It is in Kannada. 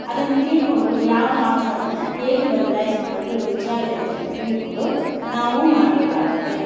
ಅದನ್ನು ತಿಳ್ಕೊಂಡು ಯಾವ ಆಹಾರವನ್ನು ಹೇಗೆ ಬದಲಾಯಿಸಿ ಮಾಡಿದರೆ ರುಚಿಯಾಗಿರುತ್ತೆ ಅಂತ ತಿಳ್ಕೊಂಡು ನಾವು ಮಾಡ್ಬೇಕಾಗುತ್ತೆ